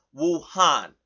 Wuhan